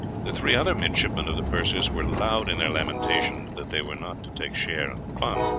the three other midshipmen of the perseus were loud in their lamentations that they were not to take share in the fun.